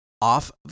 off